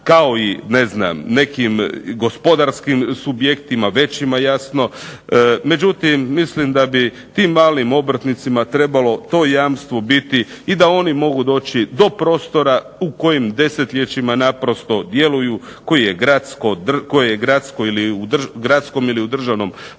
znam nekim gospodarskim subjektima većim jasno. Međutim mislim da bi tim malim obrtnicima trebalo tom jamstvu biti i da oni mogu doći do prostora u kojim desetljećima naprosto djeluju koje je gradskom ili državnom vlasništvu,